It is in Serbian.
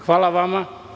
Hvala vam.